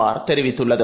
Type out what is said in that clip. ஆர்தெரிவித்துள்ளது